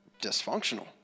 dysfunctional